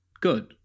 good